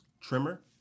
trimmer